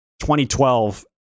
2012